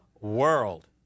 world